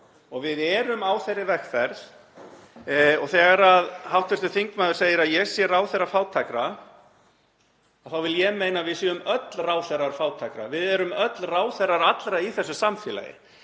og við erum á þeirri vegferð. Þegar hv. þingmaður segir að ég sé ráðherra fátækra þá vil ég meina að við séum öll ráðherrar fátækra. Við erum öll ráðherrar allra í þessu samfélagi